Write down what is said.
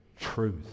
truth